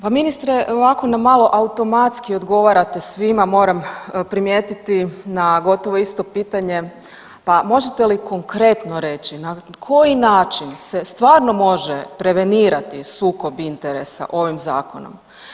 Pa ministre, ovako nam malo automatski odgovarate svima, moram primijetiti, na gotovo isto pitanje pa možete li konkretno reći, na koji način se stvarno može prevenirati sukob interesa ovim Zakonom?